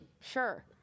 Sure